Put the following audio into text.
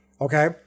Okay